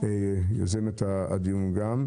אחת מיוזמות הדיון.